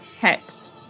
Hex